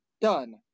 done